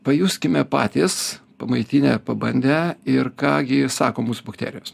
pajuskime patys pamaitinę pabandę ir ką gi sako mūsų bakterijos